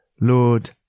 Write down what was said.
Lord